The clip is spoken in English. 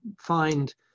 find